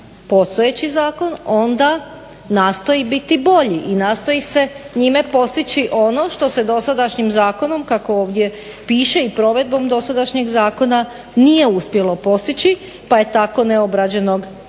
postojeći zakon onda nastoji biti bolji i nastoji se njime postići ono što se dosadašnjim zakonom kako ovdje piše i provedbom dosadašnjeg zakona nije uspjelo postići pa je tako neobrađenog zemljišta